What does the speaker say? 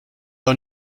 los